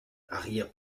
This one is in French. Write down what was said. arrière